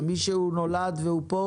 מי שנולד והוא פה